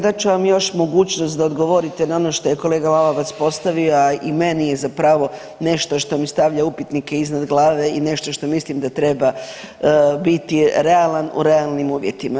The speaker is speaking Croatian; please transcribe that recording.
Dat ću vam još mogućnost da odgovorite na ono što je kolega Lalovac postavio, a i meni je zapravo nešto što mi stavlja upitnike iznad glave i nešto što mislim da treba biti realan u realnim uvjetima.